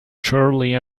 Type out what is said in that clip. chorley